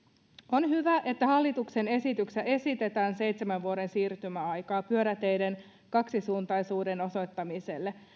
on hyvä että hallituksen esityksessä esitetään seitsemän vuoden siirtymäaikaa pyöräteiden kaksisuuntaisuuden osoittamiselle